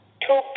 two